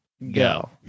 Go